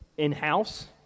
in-house